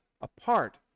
apart